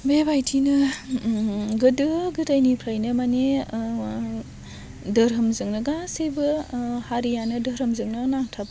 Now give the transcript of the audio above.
बे बायदिनो गोदो गोदायनिफ्रायनो माने धोरोमजोंनो गासैबो हारियानो धोरोमजोंनो नांथाब